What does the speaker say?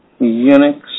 Unix